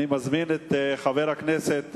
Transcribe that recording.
אני מזמין את חבר הכנסת